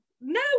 no